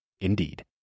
Indeed